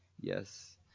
Yes